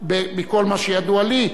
בכל מה שידוע לי,